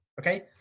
okay